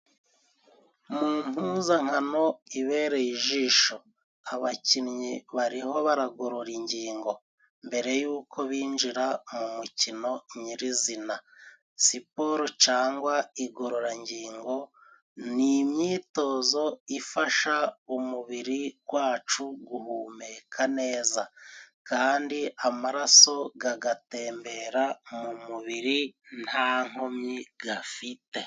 Mu mpuzankano ibereye ijisho abakinnyi bariho bagorora ingingo. Mbere yuko binjira mu mukino nyirizina siporo cangwa igororangingo ni imyitozo ifasha umubiri gwacu guhumeka neza kandi amaraso gagatembera mu mubiri nta nkomyi gafite..